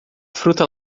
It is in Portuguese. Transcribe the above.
fruta